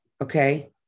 okay